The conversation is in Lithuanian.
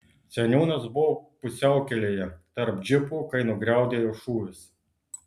seniūnas buvo pusiaukelėje tarp džipų kai nugriaudėjo šūvis